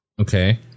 Okay